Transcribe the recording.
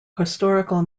historical